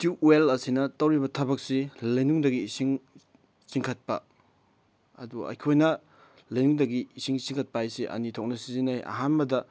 tube well ꯑꯁꯤꯅ ꯇꯧꯔꯤꯕ ꯊꯕꯛꯁꯤ ꯂꯩꯅꯨꯡꯗꯒꯤ ꯏꯁꯤꯡ ꯆꯤꯡꯈꯠꯄ ꯑꯗꯨ ꯑꯩꯈꯣꯏꯅ ꯂꯩꯅꯨꯡꯗꯒꯤ ꯏꯁꯤꯡ ꯆꯤꯡꯈꯠꯄ ꯍꯥꯏꯁꯦ ꯑꯅꯤ ꯊꯣꯛꯅ ꯁꯤꯖꯤꯟꯅꯩ ꯑꯍꯥꯟꯕꯗ